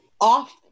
off